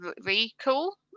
recall